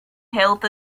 health